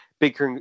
Big